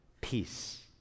peace